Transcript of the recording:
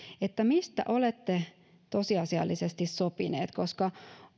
mistä olette tosiasiallisesti sopineet